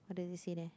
what does it say there